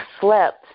slept